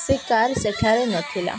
ସେ କାର୍ ସେଠାରେ ନଥିଲା